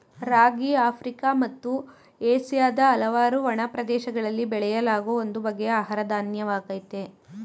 ರಾಗಿ Africa ಮತ್ತು ಏಷ್ಯಾದ ಹಲವಾರು ಒಣ ಪ್ರದೇಶಗಳಲ್ಲಿ ಬೆಳೆಯಲಾಗೋ ಒಂದು ಬಗೆಯ ಆಹಾರ ಧಾನ್ಯವಾಗಯ್ತೆ